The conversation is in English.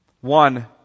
One